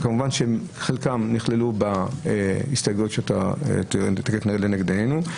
כמובן שחלקם נכללו בהסתייגויות שלנגד עינינו.